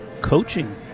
coaching